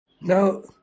Now